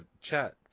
chat